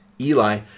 Eli